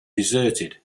deserted